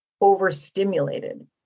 overstimulated